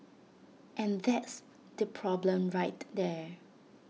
and that's the problem right there